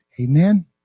Amen